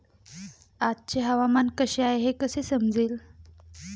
आजचे हवामान कसे आहे हे कसे समजेल?